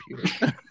computer